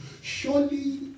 Surely